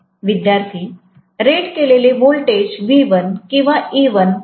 विद्यार्थीःरेट केलेले voltage V1 किंवा E1 काय आहे